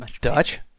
Dutch